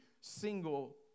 single